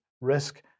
risk